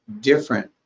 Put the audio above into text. different